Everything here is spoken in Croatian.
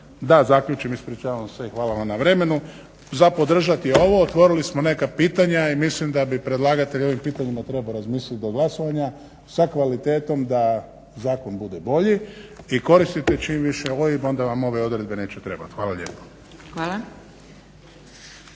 da zaključim, ispričavam se i hvala vam na vremenu, za podržati je ovo. Otvorili smo neka pitanja i mislim da bi predlagatelj o ovim pitanjima trebao razmisliti do glasovanja sa kvalitetom da zakon bude bolji i koristiti čim više OIB onda vam ove odredbe neće trebati. Hvala lijepo.